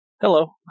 hello